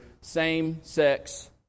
same-sex